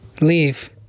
Leave